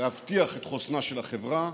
להבטיח את חוסנה של החברה,